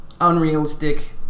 unrealistic